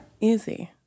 Easy